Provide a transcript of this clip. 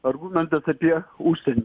argumentas apie užsienį